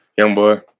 Youngboy